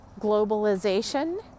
globalization